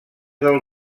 del